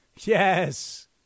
Yes